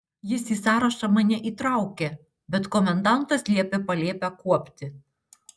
jis į sąrašą mane įtraukė bet komendantas liepė palėpę kuopti